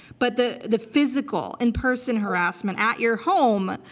but the the physical, in-person harassment at your home.